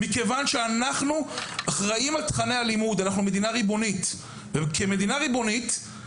מכיוון שאנחנו מדינה ריבונית ותכני הלימוד הם באחריות שלנו.